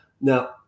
now